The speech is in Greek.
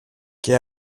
και